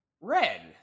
Red